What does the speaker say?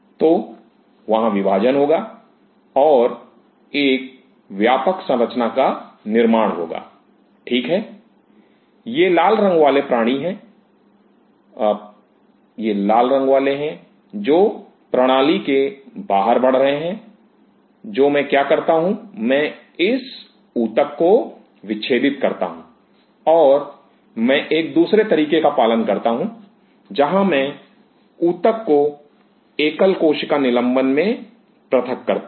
तो वहाँ विभाजन होगा और एक व्यापक संरचना का निर्माण होगा ठीक है ये लाल रंग वाले हैं जो प्रणाली के बाहर बढ़ रहे हैं जो मैं क्या करता हूं मैं इस ऊतक को विच्छेदित करता हूं और मैं एक दूसरे तरीके का पालन करता हूं जहां मैं ऊतक को एकल कोशिका निलंबन में पृथक करता हूं